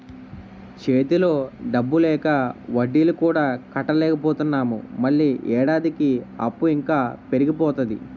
చేతిలో డబ్బు లేక వడ్డీలు కూడా కట్టలేకపోతున్నాము మళ్ళీ ఏడాదికి అప్పు ఇంకా పెరిగిపోతాది